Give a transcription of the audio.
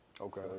Okay